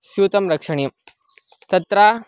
स्यूतं रक्षणीयं तत्र